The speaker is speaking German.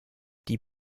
die